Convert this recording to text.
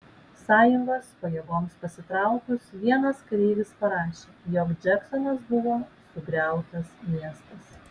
sąjungos pajėgoms pasitraukus vienas kareivis parašė jog džeksonas buvo sugriautas miestas